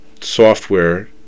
software